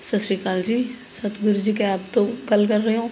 ਸਤਿ ਸ਼੍ਰੀ ਅਕਾਲ ਜੀ ਸਤਿਗੁਰੂ ਜੀ ਕੈਬ ਤੋਂ ਗੱਲ ਕਰ ਰਹੇ ਹੋ